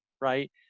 right